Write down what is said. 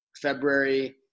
February